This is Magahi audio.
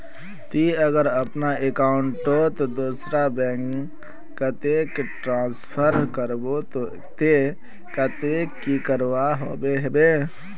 ती अगर अपना अकाउंट तोत दूसरा बैंक कतेक ट्रांसफर करबो ते कतेक की करवा होबे बे?